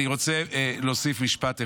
אני רוצה להוסיף משפט אחד.